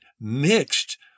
mixed